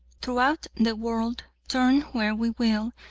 throughout the world, turn where we will,